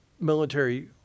military